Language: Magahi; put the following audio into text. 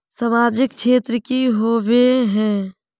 सामाजिक क्षेत्र की होबे है?